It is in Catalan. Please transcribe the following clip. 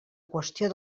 qüestió